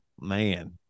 man